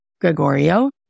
Gregorio